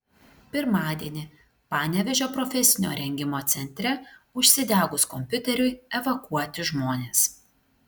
pirmadienį panevėžio profesinio rengimo centre užsidegus kompiuteriui evakuoti žmonės